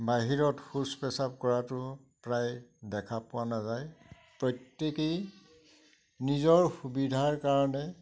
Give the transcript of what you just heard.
বাহিৰত শৌচ পেচাব কৰাটো প্ৰায় দেখা পোৱা নাযায় প্ৰত্যেকেই নিজৰ সুবিধাৰ কাৰণে